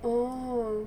oh